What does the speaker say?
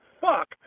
fuck